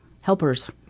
helpers